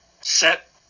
set